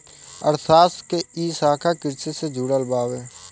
अर्थशास्त्र के इ शाखा कृषि से जुड़ल बावे